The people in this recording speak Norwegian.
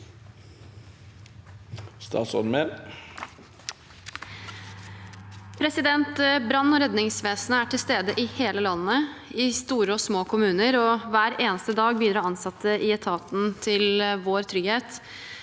Brann- og red- ningsvesenet er til stede i hele landet, i store og små kommuner. Hver eneste dag bidrar ansatte i etaten til vår trygghet,